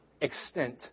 extent